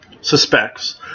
suspects